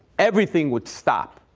everything would stop.